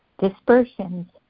dispersions